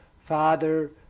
Father